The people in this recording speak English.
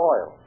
Oil